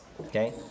okay